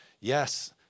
Yes